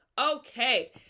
Okay